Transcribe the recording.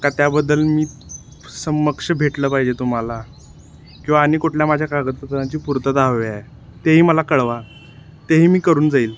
का त्याबद्दल मी समक्ष भेटलं पाहिजे तुम्हाला किंवा आणि कुठल्या माझ्या कागदपत्रांची पूर्तता हवे आहे तेही मला कळवा तेही मी करून जाईल